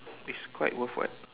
it's quite worth [what]